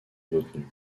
retenue